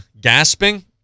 gasping